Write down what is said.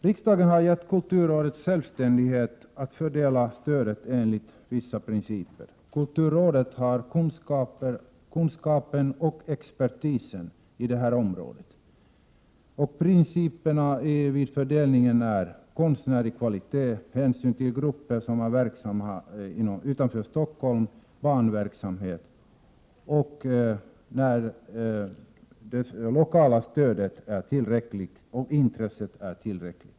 Riksdagen låter kulturrådet självständigt fördela stödet enligt vissa principer. Kulturrådet har kunskapen och expertisen på detta område. Principerna vid fördelningen är: —- konstnärlig kvalitet, —- hänsyn till grupper som är verksamma utanför Stockholm, — barnverksamhet, — tillräckligt lokalt stöd och tillräckligt intresse.